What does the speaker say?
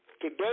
Today